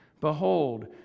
Behold